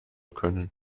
können